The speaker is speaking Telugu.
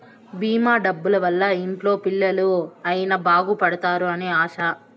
భీమా డబ్బుల వల్ల ఇంట్లో పిల్లలు అయిన బాగుపడుతారు అని ఆశ